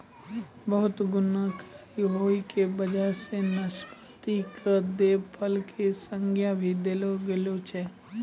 बहुत गुणकारी होय के वजह सॅ नाशपाती कॅ देव फल के संज्ञा भी देलो गेलो छै